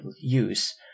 use